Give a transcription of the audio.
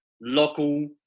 local